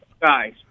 guys